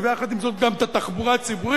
כי ביחד עם זאת גם את התחבורה הציבורית,